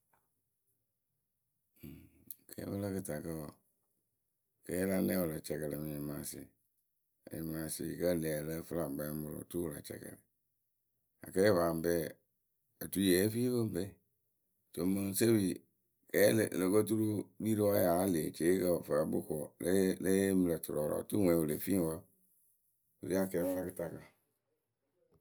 kɛɛpǝ la kɨtakǝ wɔ kɛɛ la nɛŋwǝ wǝ la cɛkɛlɛ mɨ nyɩmaasɩɩ anyɩmasɩɩ kǝ́ ŋlë ǝ lǝ́ǝ fɨ lä kpɛɛmʊrʊ otu wǝ la cɛkɛ. akɛɛ paa ŋpe otui yée fii pɨ ŋpe to mɨŋ sepi kɛɛ le- lo ko turu kpii rɨ wayaa wǝ́ e lee ci eyeekǝ wɔ fǝǝ kpɨ ko wɔ lée yee lée yee mɨ lǝ̈ tu rɔɔrɔw otu ŋwe wɨ le fii ŋwɨ wǝǝ wǝ ri akɛɛpǝ la kǝtakǝ.